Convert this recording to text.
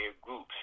groups